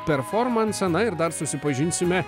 performansą na ir dar susipažinsime